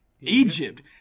Egypt